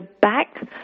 back